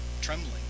trembling